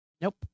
Nope